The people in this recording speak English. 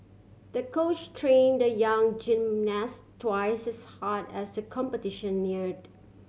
the coach train the young gymnast twice as hard as the competition neared